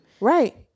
right